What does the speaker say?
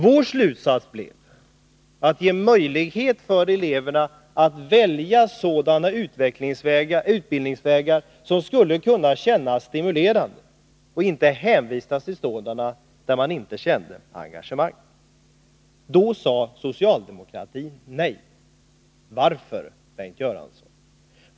Vår slutsats blir att eleverna skall ges möjlighet att välja sådana utbildningsvägar som skulle kunna kännas stimulerande och inte hänvisas till sådana där de inte känner engagemang. Till det sade socialdemokratin nej. Varför, Bengt Göransson?